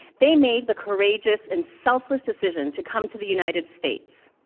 they made the courageous and selfless decision to come to the united states.